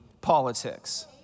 politics